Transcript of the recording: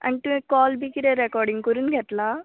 आनी तुवें कॉल बी कितें रॅकॉडींग करून घेतला